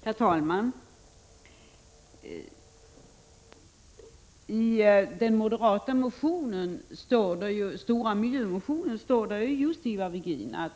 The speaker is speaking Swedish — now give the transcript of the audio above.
Herr talman! I den stora moderata miljömotionen skriver just Ivar Virgin att